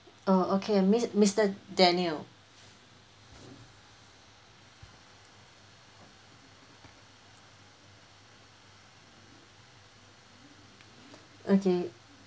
oh okay mis~ mister daniel okay